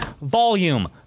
Volume